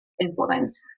influence